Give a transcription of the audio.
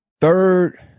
third